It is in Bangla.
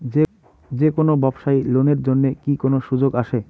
যে কোনো ব্যবসায়ী লোন এর জন্যে কি কোনো সুযোগ আসে?